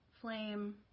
flame